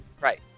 right